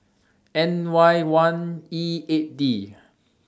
N Y one E eight D